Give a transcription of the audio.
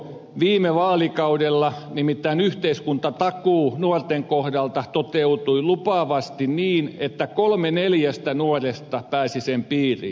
viime vaalikaudella nimittäin yhteiskuntatakuu nuorten kohdalta toteutui lupaavasti niin että kolme neljästä nuoresta pääsi sen piiriin